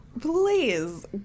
Please